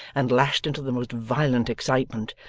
and lashed into the most violent excitement,